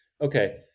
Okay